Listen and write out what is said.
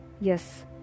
Yes